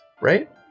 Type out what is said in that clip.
right